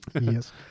Yes